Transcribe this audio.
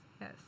Yes